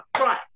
right